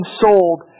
sold